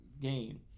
game